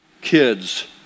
kids